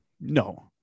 no